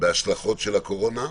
בהשלכות של הקורונה,